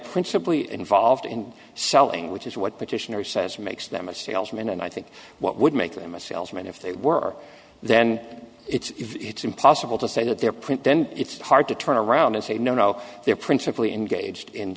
principally involved in selling which is what petitioner says makes them a salesman and i think what would make them a salesman if they were then it's impossible to say that they're print then it's hard to turn around and say no no they're principally engaged in